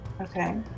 Okay